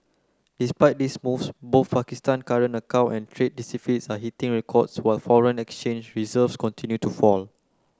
despite these moves both Pakistan current account and trade deficits are hitting records while foreign exchange reserves continue to fall